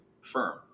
firm